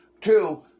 Two